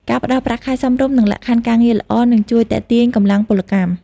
ការផ្តល់ប្រាក់ខែសមរម្យនិងលក្ខខណ្ឌការងារល្អនឹងជួយទាក់ទាញកម្លាំងពលកម្ម។